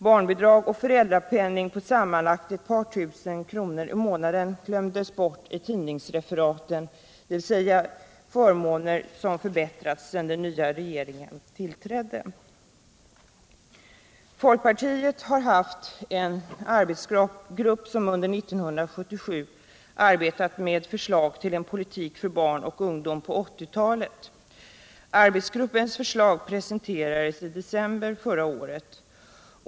Barnbidrag och föräldrapenning på sammanlagt ett par tusen kronor i månaden glömdes bort i tidningsreferaten, förmåner som förbättrats sedan den nya regeringen tillträdde. Folkpartiet har haft en arbetsgrupp som under 1977 arbetat med förslag till en politik för barn och ungdom på 1980-talet. Arbetsgruppens förslag presenterades i december förra året.